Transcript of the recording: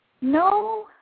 No